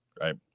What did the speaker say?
Right